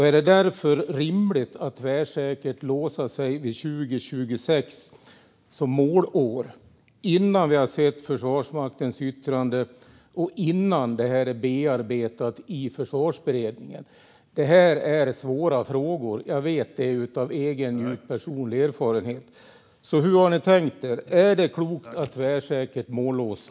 Är det rimligt att tvärsäkert låsa sig vid 2026 som målår innan vi har sett Försvarsmaktens yttrande och innan det här är bearbetat i Försvarsberedningen? Det här är svåra frågor. Jag vet det av egen djupt personlig erfarenhet. Hur har ni tänkt er detta? Är det klokt att tvärsäkert mållåsa?